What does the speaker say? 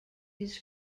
his